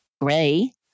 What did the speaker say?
gray